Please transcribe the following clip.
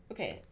Okay